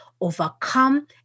overcome